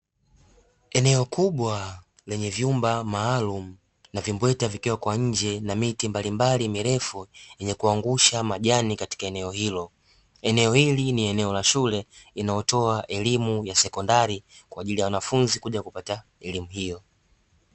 Eneo kubwa lenye vyumba maalumu na vimbweta vikiwa kwa nje, na miti mbalimbali mirefu, yenye kuangusha majani katika eneo hilo. Eneo hili ni eneo la shule inayotoa elimu ya sekondari kwa ajili ya wanafunzi kuja kupata elimu hiyo.